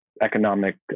economic